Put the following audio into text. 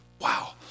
Wow